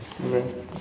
ଏବେ